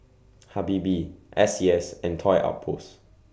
Habibie S C S and Toy Outpost